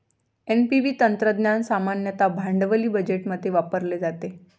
NPV तंत्रज्ञान सामान्यतः भांडवली बजेटमध्ये वापरले जाते